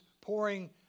pouring